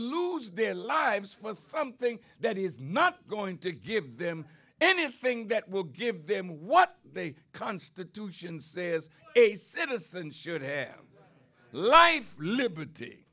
lose their lives for something that is not going to give them anything that will give them what they constitution says a citizen should have life liberty